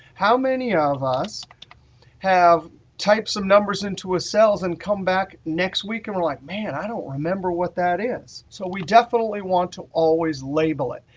how many of us have typed some numbers into a cell and come back next week and we're like, man, i don't remember what that is. so we definitely want to always label it.